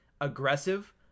Aggressive